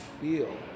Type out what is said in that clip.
feel